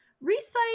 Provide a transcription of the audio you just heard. recite